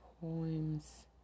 poems